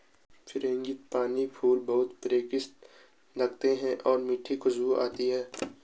frangipani फूल बहुत परिष्कृत लगते हैं और मीठी खुशबू आती है